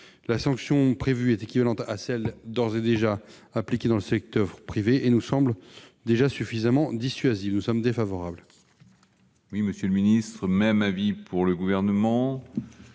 La sanction prévue, équivalente à celle d'ores et déjà appliquée dans le secteur privé, semble suffisamment dissuasive. L'avis est donc défavorable.